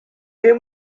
hear